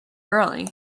early